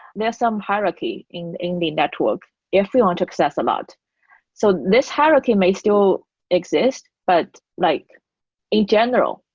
there's some hierarchy in in the network if we want to access a lot. so this hierarchy may still exist, but like in general,